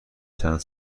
چند